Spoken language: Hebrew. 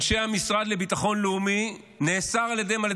על אנשי המשרד לביטחון לאומי נאסר להגיע לדין